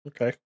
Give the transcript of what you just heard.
Okay